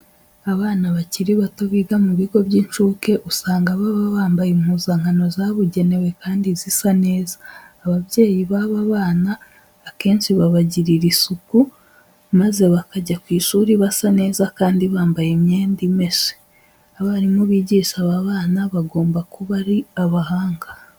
Abana bakiri bato biga mu bigo by'incuke usanga baba bambaye impuzankano zabugenewe kandi zisa neza. Ababyeyi baba bana akenshi babagirira isuku maze bakajya ku ishuri basa neza kandi bambaye n'imyenda imeshe. Abarimu bigisha aba bana bagomba kuba ari abahanga.